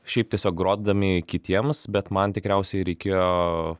šiaip tiesiog grodami kitiems bet man tikriausiai reikėjo